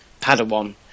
Padawan